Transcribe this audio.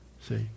See